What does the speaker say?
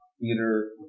theater